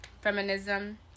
Feminism